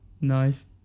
Nice